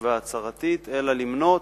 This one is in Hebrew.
להקנות